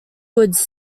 goods